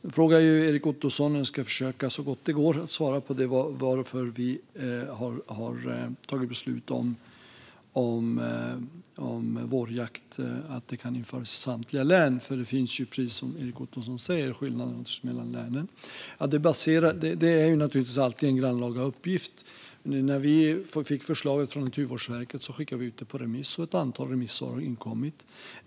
Nu frågar Erik Ottoson varför vi har tagit beslut om att vårjakt kan införas i samtliga län. Jag ska försöka svara så gott det går. Precis som Erik Ottoson säger finns det skillnader mellan länen. Detta är naturligtvis alltid en grannlaga uppgift. När vi fick förslaget från Naturvårdsverket skickade vi ut det på remiss, och ett antal remissvar har inkommit.